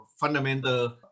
fundamental